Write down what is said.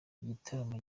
igitaramo